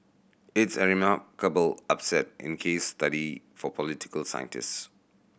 it's a remarkable upset in case study for political scientists